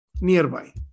nearby